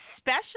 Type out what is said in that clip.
special